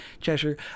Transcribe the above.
Cheshire